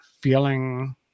feeling